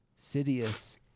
Sidious